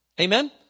Amen